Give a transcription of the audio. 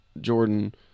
Jordan